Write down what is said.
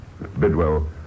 Bidwell